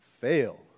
fail